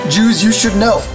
JewsYouShouldKnow